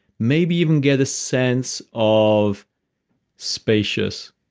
maybe even get a sense of spacious,